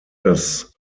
dass